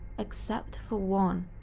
except for one.